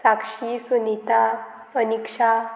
Sakshi Sunita Aniksha